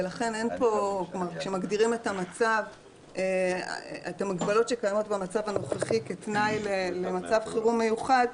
ולכן כשמגדירים את המגבלות שקיימות במצב הנוכחי כתנאי למצב חירום מיוחד,